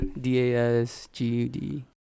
d-a-s-g-u-d